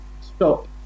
stop